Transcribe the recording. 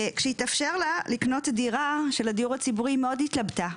כשהתאפשר לה לקנות דירה של הדיור הציבורי היא מאוד התלבטה,